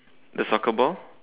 the soccer ball